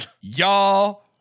y'all